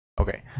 okay